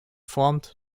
formed